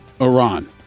Iran